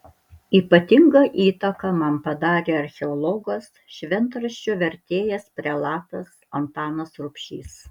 ypatingą įtaką man padarė archeologas šventraščio vertėjas prelatas antanas rubšys